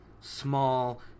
small